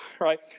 right